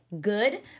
good